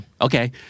Okay